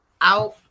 out